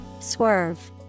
Swerve